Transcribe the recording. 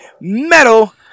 Metal